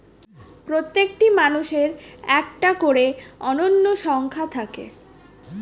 প্রত্যেকটি মানুষের একটা করে অনন্য সংখ্যা থাকে